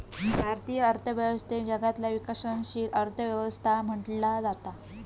भारतीय अर्थव्यवस्थेक जगातला विकसनशील अर्थ व्यवस्था म्हटला जाता